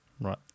Right